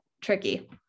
tricky